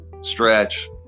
stretch